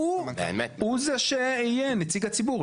הוא זה שיהיה נציג הציבור.